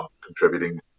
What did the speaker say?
contributing